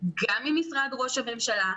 גם עם משרד ראש הממשלה.